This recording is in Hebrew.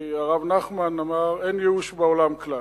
כי הרב נחמן אמר: אין ייאוש בעולם כלל.